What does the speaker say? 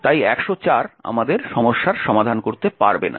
তাই 104 আমাদের সমস্যার সমাধান করতে পারবে না